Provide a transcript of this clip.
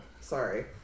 Sorry